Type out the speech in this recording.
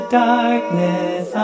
darkness